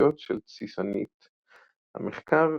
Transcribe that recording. אוכלוסיות של תסיסנית המחקר,